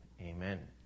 amen